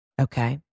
okay